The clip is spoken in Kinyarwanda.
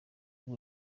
buri